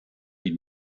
die